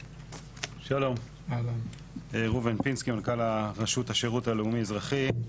אני מנכ"ל רשות השירות הלאומי אזרחי.